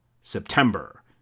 September